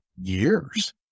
years